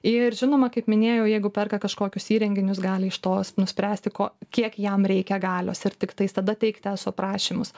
ir žinoma kaip minėjau jeigu perka kažkokius įrenginius gali iš tos nuspręsti ko kiek jam reikia galios ir tiktais tada teigti eso prašymus